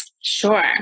Sure